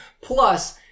Plus